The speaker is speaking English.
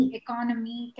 economy